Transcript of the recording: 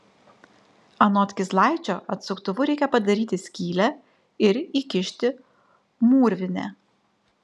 anot kizlaičio atsuktuvu reikia padaryti skylę ir įkišti mūrvinę